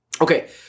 Okay